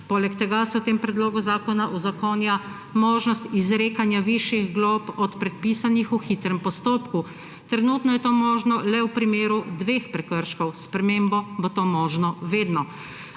Poleg tega se v tem predlogu zakona uzakonja možnost izrekanja višjih glob od predpisanih v hitrem postopku. Trenutno je to možno le v primeru dveh prekrškov, s spremembo bo to možno vedno.